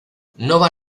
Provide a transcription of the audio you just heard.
nova